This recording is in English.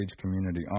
Community